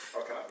Okay